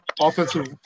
offensive